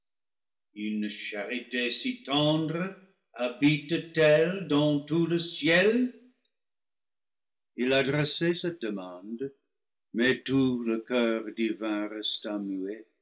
une charité si tendre habite t elle dans tout le ciel il adressait cette demande mais tout le choeur divin